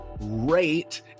rate